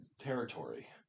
territory